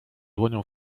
dłonią